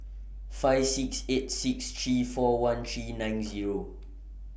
five six eight six three four one three nine Zero